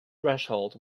threshold